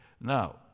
Now